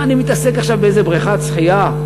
מה אני מתעסק עכשיו באיזו בריכת שחייה,